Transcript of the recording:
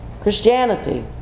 Christianity